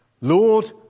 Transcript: Lord